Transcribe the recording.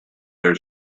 their